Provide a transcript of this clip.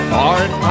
hard